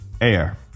Air